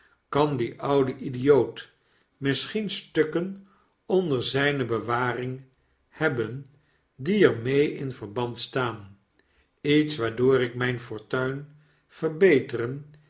kan die oude idioot misschien stukken onder zyne bewaring hebben die er mee in verband staan lets waardoor ik myn fortuin verbeteren